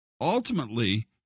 Ultimately